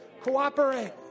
cooperate